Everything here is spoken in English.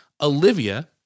Olivia